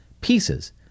pieces